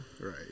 Right